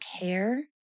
care